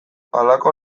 halako